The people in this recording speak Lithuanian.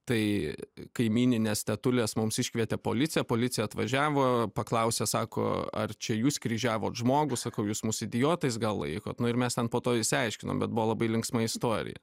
tai kaimyninės tetulės mums iškvietė policiją policija atvažiavo paklausė sako ar čia jūs kryžiavot žmogų sakau jūs mus idiotais gal laikot nu ir mes ten po to išsiaiškinom bet buvo labai linksma istorija